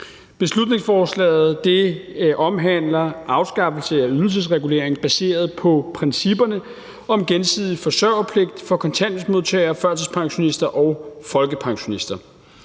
Beslutningsforslaget omhandler afskaffelse af ydelsesregulering baseret på principperne om gensidig forsørgerpligt for kontanthjælpsmodtagere, førtidspensionister og folkepensionister.